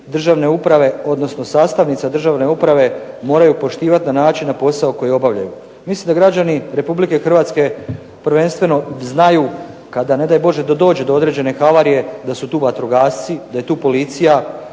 državne uprave, odnosno sastavnica državne uprave moraju poštivati na način na posao koji obavljaju. Mislim da građani Republike Hrvatske prvenstveno znaju kada, ne daj Bože da dođe do određene halvarije, da su tu vatrogasci, da je tu policija,